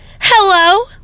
hello